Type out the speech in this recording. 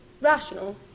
rational